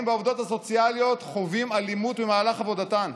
והעובדות הסוציאליות חווים אלימות במהלך עבודתם?